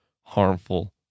harmful